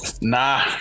Nah